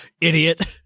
idiot